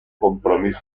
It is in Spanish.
compromiso